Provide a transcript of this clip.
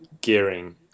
gearing